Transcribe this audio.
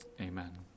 amen